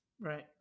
right